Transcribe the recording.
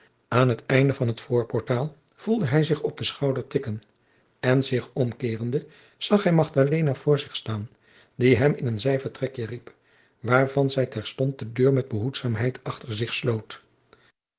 aan het einde van het voorportaal voelde hij zich op den schouder tikken en zich omkeerende zag hij magdalena voor zich staan die hem in een zijvertrekje riep waarvan zij terstond de deur met behoedzaamheid achter zich sloot